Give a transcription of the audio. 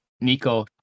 Nico